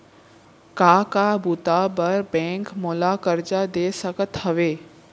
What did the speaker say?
का का बुता बर बैंक मोला करजा दे सकत हवे?